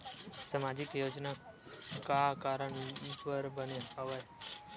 सामाजिक योजना का कारण बर बने हवे?